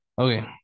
Okay